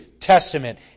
testament